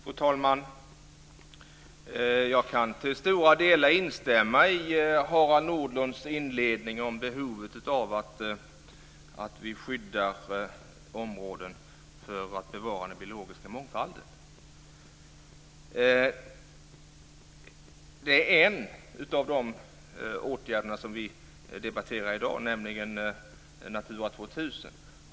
Fru talman! Jag kan till stora delar instämma i Harald Nordlunds inledning om behovet av att vi skyddar områden för att bevara den biologiska mångfalden. Det gäller en av de åtgärder som vi debatterar i dag, nämligen Natura 2000.